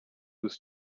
with